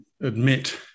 admit